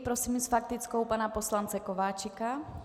Prosím s faktickou pana poslance Kováčika.